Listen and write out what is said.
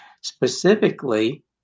specifically